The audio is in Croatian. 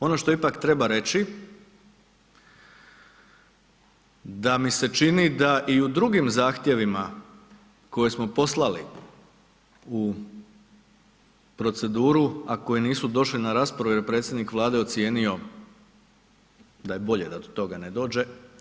Ono što ipak treba reći, da mi se čini da i u drugim zahtjevima koje smo poslali u proceduru, a koji nisu došli na raspravu je predsjednik Vlade ocijenio da je bolje da do toga ne dođe.